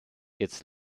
its